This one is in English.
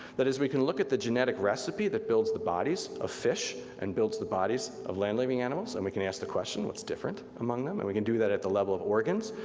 that is, we can look at the genetic recipe that builds the bodies of fish, and builds the bodies of land living animals and we can ask the question what's different among them, and we can do that at the level of organs,